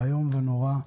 איום ונורא.